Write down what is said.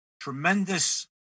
Tremendous